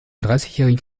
dreißigjährigen